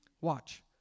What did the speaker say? Watch